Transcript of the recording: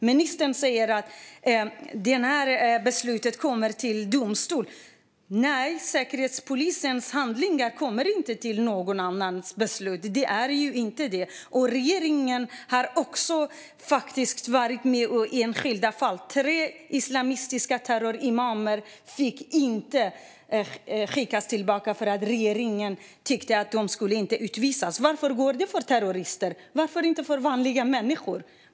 Ministern säger att beslutet kommer till domstol. Nej, Säkerhetspolisens handlingar kommer inte till någon annan för beslut. Regeringen har också varit med i enskilda fall. Det var tre islamistiska terrorimamer som inte fick skickas tillbaka för att regeringen tyckte att de inte skulle utvisas. Varför går det att göra för terrorister? Varför går det inte att göra för vanliga människor?